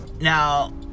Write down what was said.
Now